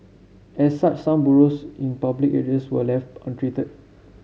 as such some burrows in public areas were left untreated